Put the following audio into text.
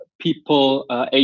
people